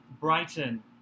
Brighton